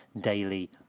daily